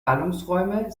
ballungsräume